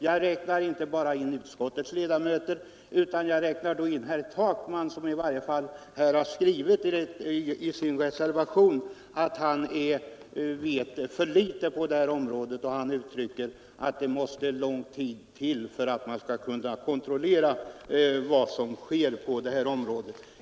Jag tänker då inte bara på utskottsmajoriteten utan även på herr Takman som i sin reservation skriver att han vet för litet på detta område och att det måste lång tid till för att man skall kunna kontrollera vad som sker.